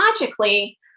logically